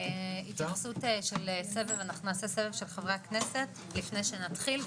נעשה סבב של חברי הכנסת לפני שנתחיל,